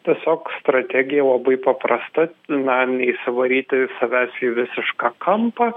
tiesiog strategija labai paprasta na neįsivaryti savęs į visišką kampą